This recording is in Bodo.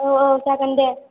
औ औ जागोन दे